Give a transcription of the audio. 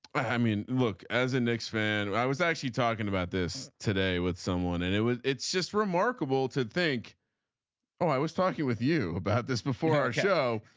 i mean look as a knicks fan i was actually talking about this today with someone and it was it's just remarkable to think oh i was talking with you about this before our show